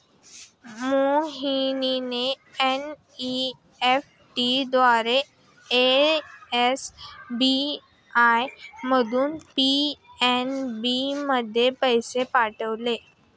मोहनने एन.ई.एफ.टी द्वारा एस.बी.आय मधून पी.एन.बी मध्ये पैसे पाठवले